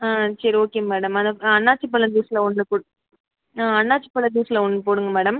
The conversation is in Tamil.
ஆ சரி ஓகே மேடம் அதுதான் அன்னாசிப் பழ ஜூஸ்ல ஒன்று போடு அன்னாசிப் பழ ஜூஸ்ல ஒன்று போடுங்கள் மேடம்